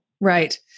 Right